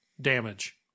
damage